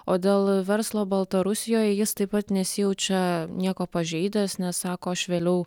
o dėl verslo baltarusijoje jis taip pat nesijaučia nieko pažeidęs nes sako aš vėliau